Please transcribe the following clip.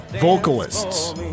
vocalists